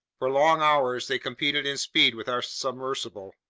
for long hours they competed in speed with our submersible.